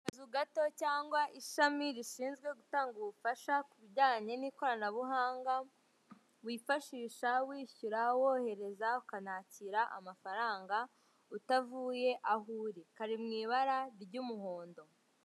Akazu gato cyangwa ishami rishinzwe gutanga ubufasha ku bijyanye n'ikoranabuhanga, wifashisha wishyura wohereza ukanakira amafaranga utavuye aho uri, kari mu ibara ry'umuhondo.